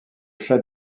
chah